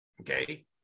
Okay